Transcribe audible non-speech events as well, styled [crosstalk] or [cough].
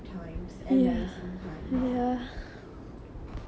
[noise] hmm okay let's talk about something else